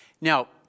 Now